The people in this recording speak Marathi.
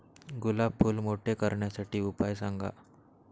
गुलाब फूल मोठे करण्यासाठी उपाय सांगा?